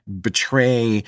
betray